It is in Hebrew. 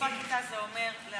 נוספה כיתה זה אומר למעבדות,